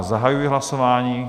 Zahajuji hlasování.